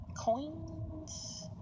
Coins